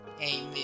Amen